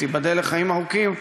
תיבדל לחיים ארוכים,